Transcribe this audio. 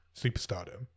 superstardom